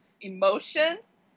emotions